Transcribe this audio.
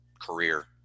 career